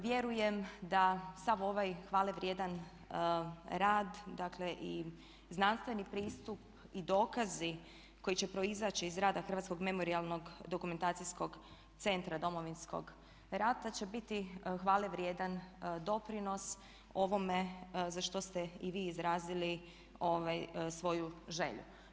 Vjerujem da sav ovaj hvalevrijedan rad, dakle i znanstveni pristup i dokazi koji će proizaći iz rada Hrvatskog memorijalno-dokumentacijskog centra Domovinskog rata će biti hvalevrijedan doprinos ovome za što ste i vi izrazili svoju želju.